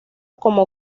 como